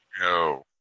no